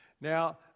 Now